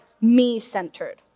me-centered